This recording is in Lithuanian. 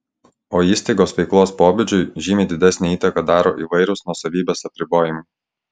o įstaigos veiklos pobūdžiui žymiai didesnę įtaką daro įvairūs nuosavybės apribojimai